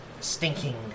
stinking